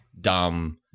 dumb